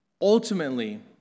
ultimately